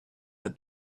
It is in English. the